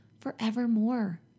forevermore